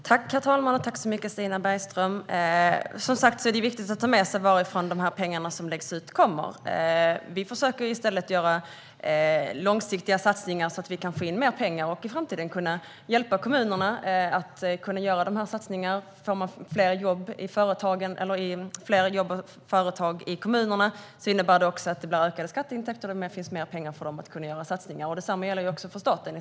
Herr talman! Tack så mycket, Stina Bergström! Det är som sagt viktigt att ha med sig varifrån de pengar som läggs ut kommer. Vi försöker göra långsiktiga satsningar i stället, så att vi kan få in mer pengar och hjälpa kommunerna att göra dessa satsningar i framtiden. Om det blir fler jobb och företag i kommunerna innebär det ökade skatteintäkter och mer pengar för att göra satsningar. Detsamma gäller för staten.